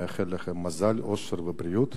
נאחל לכן מזל, אושר ובריאות.